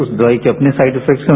उस दवाई के अपने साइड इफेक्ट्स हैं